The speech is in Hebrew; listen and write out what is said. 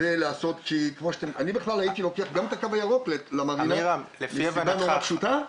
אני בכלל הייתי לוקח גם את הקו הירוק למרינה מסיבה נורא פשוטה,